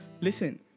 Listen